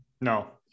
No